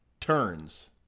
turns